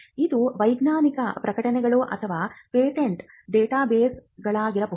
ಇದು ವೈಜ್ಞಾನಿಕ ಪ್ರಕಟಣೆಗಳು ಅಥವಾ ಪೇಟೆಂಟ್ ಡೇಟಾಬೇಸ್ಗಳಾಗಿರಬಹುದು